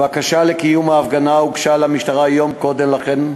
הבקשה לקיום ההפגנה הוגשה למשטרה יום קודם לכן,